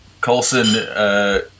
Colson